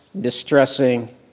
distressing